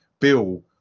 Bill